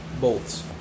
bolts